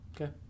Okay